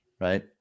right